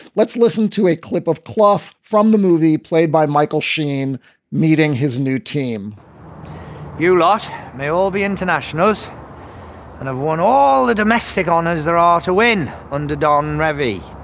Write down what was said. let's listen to a clip of pluff from the movie played by michael sheen meeting his new team you lot may all be internationals and have won all the domestic honors there are to win under don revy.